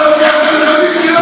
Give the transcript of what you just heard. אתה לוקח את הנכדים שלנו,